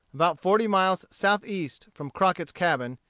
about forty miles southeast from crockett's cabin,